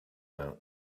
out